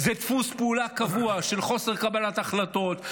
זה דפוס פעולה קבוע של חוסר קבלת החלטות,